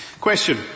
Question